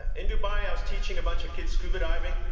in dubai, i was teaching a bunch of kids scuba diving,